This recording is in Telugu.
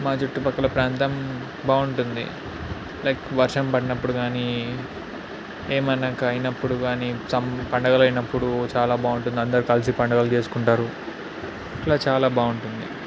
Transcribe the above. మా చుట్టుపక్కల ప్రాంతం బాగుంటుంది లైక్ వర్షం పడినప్పుడు కానీ ఏమైనా మనకు అయినప్పుడు కానీ సమ్ పండుగలు అయినప్పుడు చాలా బాగుంటుంది అందరు కలిసి పండుగలు చేసుకుంటారు ఇట్లా చాలా బాగుంటుంది